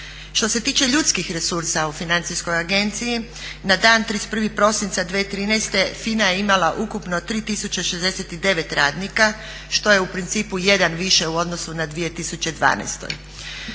Što se tiče ljudskih resursa u Financijskoj agenciji na dan 31. prosinca 2013. FINA je imala ukupno 3069 radnika što je u principu jedan više u odnosu na 2012.